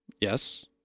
Yes